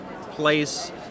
place